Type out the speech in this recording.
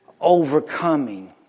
Overcoming